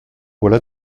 voilà